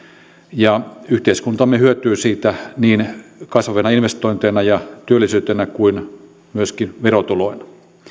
ja yhteiskuntamme hyötyy siitä niin kasvavina investointeina ja työllisyytenä kuin myöskin verotuloina